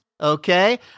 okay